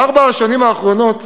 בארבע השנים האחרונות